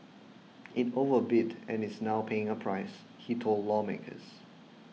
it overbid and is now paying a price he told lawmakers